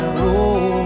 roll